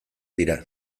dira